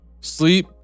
sleep